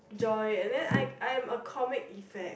joy and then I I am a comic effect